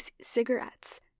cigarettes